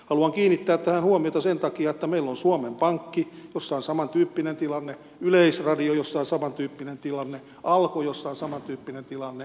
haluan kiinnittää tähän huomiota sen takia että meillä on suomen pankki jossa on samantyyppinen tilanne yleisradio jossa on samantyyppinen tilanne alko jossa on samantyyppinen tilanne